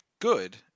good